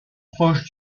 proche